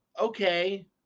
okay